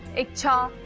a chair?